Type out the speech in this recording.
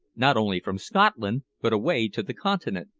not only from scotland, but away to the continent?